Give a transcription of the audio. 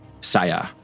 Saya